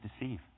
deceive